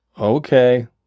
Okay